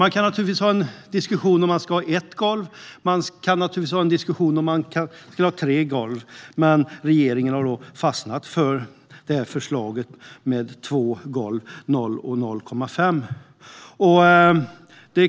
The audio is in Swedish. Man kan naturligtvis ha en diskussion om man ska ha ett golv eller tre golv, men regeringen har fastnat för förslaget med två golv: 0 och 0,5.